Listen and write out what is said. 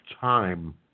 time